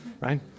right